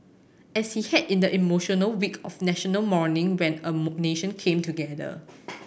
as he had in the emotional week of National Mourning when a nation came together